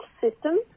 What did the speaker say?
system